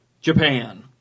Japan